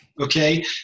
Okay